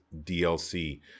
DLC